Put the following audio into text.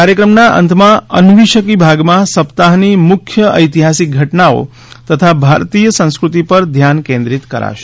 કાર્યક્રમના અંતમાં અન્વીશકી ભાગમાં સપ્તાહની મુખ્ય ઐતિહાસિક ઘટનાઓ તથા ભારતીય સંસ્કૃતિ ઉપર ધ્યાન કેન્દ્રિત કરાશે